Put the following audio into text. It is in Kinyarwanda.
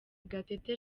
gatete